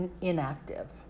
inactive